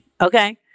Okay